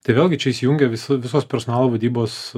tai vėlgi čia įsijungia visa visos personalo vadybos